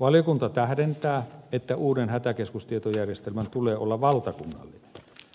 valiokunta tähdentää että uuden hätäkeskustietojärjestelmän tulee olla valtakunnallinen